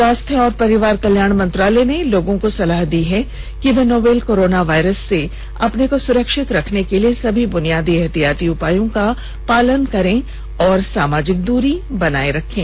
स्वास्थ्य और परिवार कल्याण मंत्रालय ने लोगों को सलाह दी है कि वे नोवल कोरोना वायरस से अपने को सुरक्षित रखने के लिए सभी बुनियादी एहतियाती उपायों का पालन करें और सामाजिक दूरी बनाए रखें